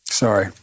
Sorry